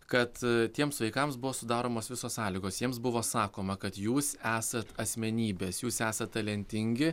kad tiems vaikams buvo sudaromos visos sąlygos jiems buvo sakoma kad jūs esat asmenybės jūs esat talentingi